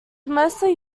mostly